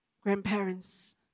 grandparents